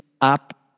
up